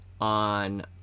on